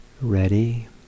ready